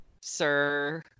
sir